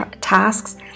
tasks